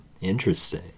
Interesting